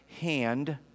hand